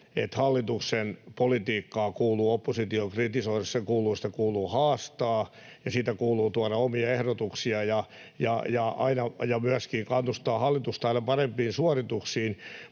että hallituksen politiikkaa kuuluu opposition kritisoida, sitä kuuluu haastaa ja siitä kuuluu tuoda omia ehdotuksia ja myöskin kannustaa hallitusta aina parempiin suorituksiin,